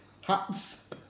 hats